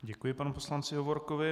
Děkuji panu poslanci Hovorkovi.